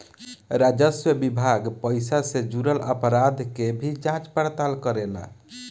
राजस्व विभाग पइसा से जुरल अपराध के भी जांच पड़ताल करेला